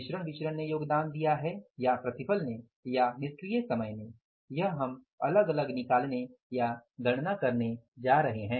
मिश्रण विचरण ने योगदान दिया है या प्रतिफल ने या निष्क्रिय समय ने यह हम अलग अलग निकालने या गणना करने जा रहे हैं